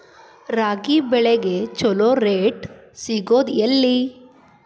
ರಾಗಿ ಬೆಳೆಗೆ ಛಲೋ ರೇಟ್ ಸಿಗುದ ಎಲ್ಲಿ?